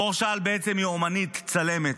מור שעל היא אומנית, צלמת,